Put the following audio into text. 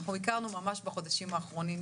אנחנו הכרנו ממש בחודשים האחרונים.